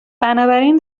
بنابراین